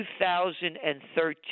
2013